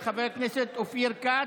של חבר הכנסת אופיר כץ,